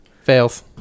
fails